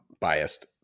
biased